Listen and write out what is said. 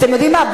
אתם יודעים מה?